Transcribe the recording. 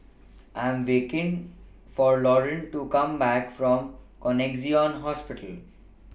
I Am waiting For Lauryn to Come Back from Connexion Hospital